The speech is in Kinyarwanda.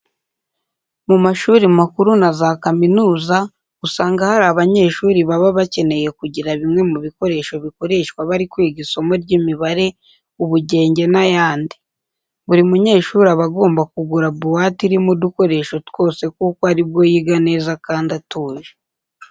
Mu mashuri makuru na za kaminuza usanga hari abanyeshuri baba bakeneye kugira bimwe mu bikoresho bikoreshwa bari kwiga isomo ry'imibare, ubugenge n'ayandi. Buri munyeshuri aba agomba kugura buwate irimo udukoresho twose kuko ari bwo yiga neza kandi atuje.